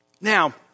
Now